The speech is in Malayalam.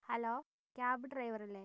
ഹലോ ക്യാബ് ഡ്രൈവർ അല്ലേ